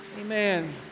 Amen